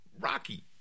Rocky